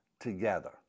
together